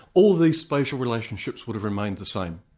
all the spatial relationships would have remained the same.